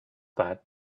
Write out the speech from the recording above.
that